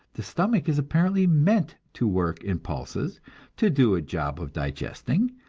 the stomach is apparently meant to work in pulses to do a job of digesting,